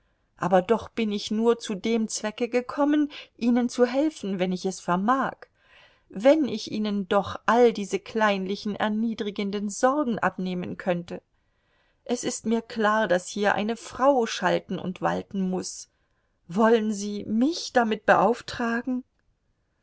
aber doch bin ich nur zu dem zwecke gekommen ihnen zu helfen wenn ich es vermag wenn ich ihnen doch all diese kleinlichen erniedrigenden sorgen abnehmen könnte es ist mir klar daß hier eine frau schalten und walten muß wollen sie mich damit beauftragen